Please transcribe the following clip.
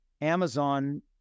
Amazon